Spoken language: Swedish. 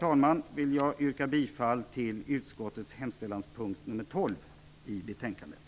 Med detta vill jag yrka bifall till utskottets hemställanspunkt nr 12 i betänkandet.